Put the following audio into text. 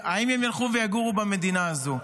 האם הם ילכו ויגורו במדינה הזו?